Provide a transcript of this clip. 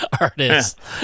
artists